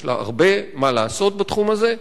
יש לה הרבה מה לעשות בתחום הזה,